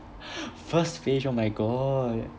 first page oh my god